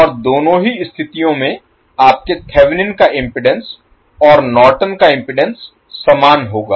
और दोनों ही स्थितियों में आपके थेवेनिन का इम्पीडेन्स और नॉर्टन का इम्पीडेन्स समान होगा